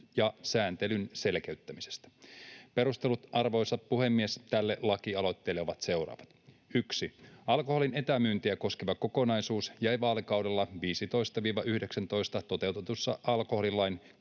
ja sääntelyn selkeyttämisestä. Perustelut, arvoisa puhemies, tälle lakialoitteelle ovat seuraavat: Alkoholin etämyyntiä koskeva kokonaisuus jäi vaalikaudella 15—19 toteutetussa alkoholilain